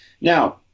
Now